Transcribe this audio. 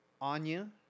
Anya